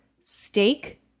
steak